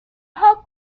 hawk